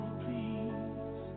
please